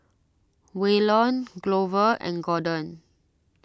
Waylon Glover and Gordon